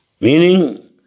meaning